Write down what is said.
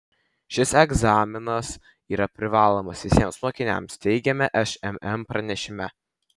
šis egzaminas yra privalomas visiems mokiniams teigiame šmm pranešime